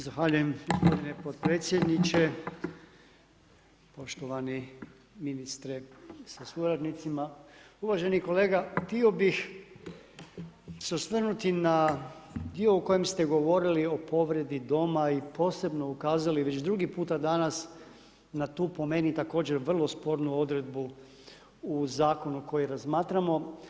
Zahvaljujem gospodine potpredsjedniče, poštovani ministre sa suradnicima, uvaženi kolega htio bih se osvrnuti na dio u kojem ste govorili o povredi doma i posebno ukazali već drugi puta dana na tu po meni također vrlo spornu odredbu u zakonu koji razmatramo.